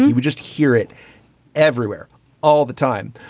we we just hear it everywhere all the time.